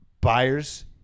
buyers